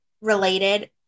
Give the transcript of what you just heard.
related